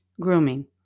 Grooming